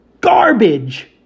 Garbage